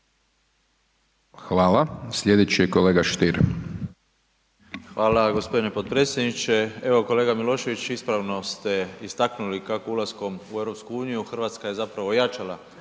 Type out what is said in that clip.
Stier. **Stier, Davor Ivo (HDZ)** Hvala gospodine potpredsjedniče. Evo kolega Milošević ispravno ste istaknuli kako ulaskom u EU Hrvatska je zapravo ojačala